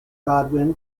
godwin